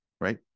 right